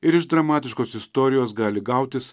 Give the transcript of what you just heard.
ir iš dramatiškos istorijos gali gautis